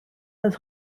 oedd